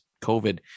COVID